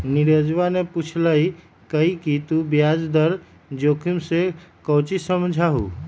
नीरजवा ने पूछल कई कि तू ब्याज दर जोखिम से काउची समझा हुँ?